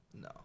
No